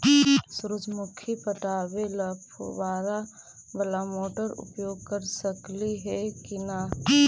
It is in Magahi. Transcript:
सुरजमुखी पटावे ल फुबारा बाला मोटर उपयोग कर सकली हे की न?